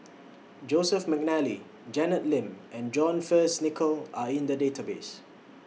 Joseph Mcnally Janet Lim and John Fearns Nicoll Are in The Database